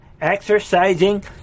exercising